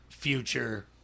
Future